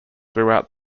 throughout